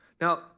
Now